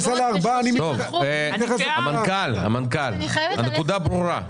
קשה- -- המנכ"ל, הנקודה ברורה.